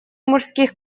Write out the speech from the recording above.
мужских